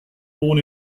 born